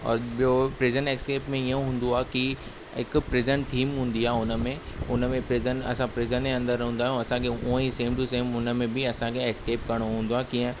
और ॿियो prison escape में हीअं हूंदो आहे की हिकु प्रिज़न थीम हूंदी आहे हुन में हुन में प्रिज़न असां प्रिज़न जे अंदरि हूंदा आहियूं असांखे हुंअ ई सेम टू सेम हुन में बि असांखे एस्केप करिणो हूंदो आहे कीअं